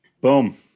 Boom